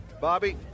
bobby